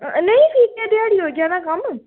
नेईं ठीक ऐ ध्याड़ी च होई जाना कम्म